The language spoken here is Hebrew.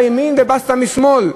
בסטה מימין ובסטה משמאל,